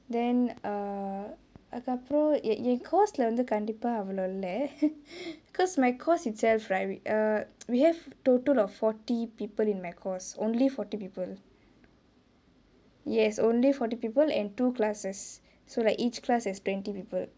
then err அதுக்கு அப்ரோ என்:athuku apro en course லே வந்து கண்டிப்பா அவலோ இல்லே:lae vanthu kandippa avalo illae because my course itself right we err we have total of forty people in my course only forty people yes only forty people and two classes so like each class is twenty people